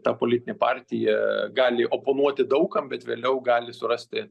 ta politinė partija gali oponuoti daug kam bet vėliau gali surasti